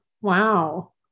wow